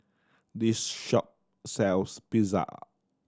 this shop sells Pizza